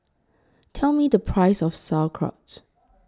Tell Me The Price of Sauerkraut